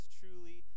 truly